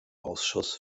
ausschuss